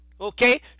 okay